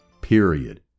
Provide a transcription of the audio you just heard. period